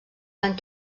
van